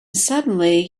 suddenly